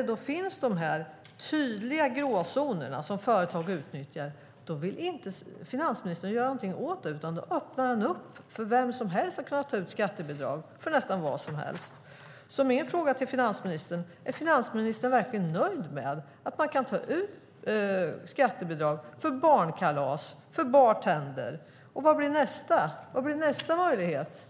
Det finns tydliga gråzoner som företag utnyttjar, men då vill inte finansministern göra någonting åt det utan öppnar upp för vem som helst att ta ut skattebidrag för nästan vad som helst. Min fråga till finansministern är: Är finansministern verkligen nöjd med att man kan ta ut skattebidrag för barnkalas och för bartender? Vad blir nästa möjlighet?